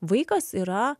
vaikas yra